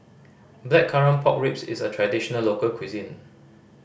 Blackcurrant Pork Ribs is a traditional local cuisine